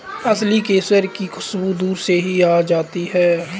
असली केसर की खुशबू दूर से ही आ जाती है